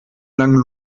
langen